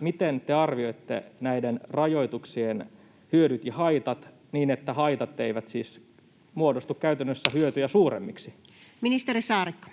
miten te arvioitte näiden rajoituksien hyödyt ja haitat, niin että haitat eivät siis muodostu käytännössä hyötyjä suuremmiksi? Ministeri Saarikko.